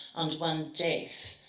and one death.